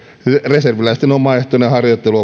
reserviläisten omaehtoinen harjoittelu on